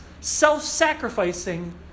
self-sacrificing